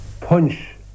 punch